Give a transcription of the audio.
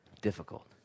difficult